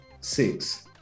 Six